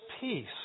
peace